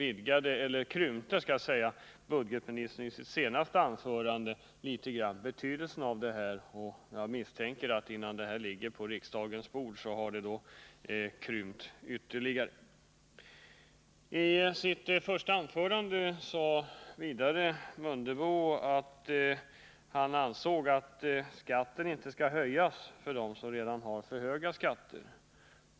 I sitt senaste anförande krympte budgetministern något ihop betydelsen av den här frågan. Jag misstänker att den, innan den ligger på riksdagens bord, har krympt ytterligare. I sitt första anförande sade Ingemar Mundebo vidare att skatten inte skall höjas för dem som redan har för höga skatter.